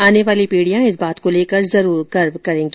आने वाली पीढ़ियां इस बात लेकर जरूर गर्व करेगी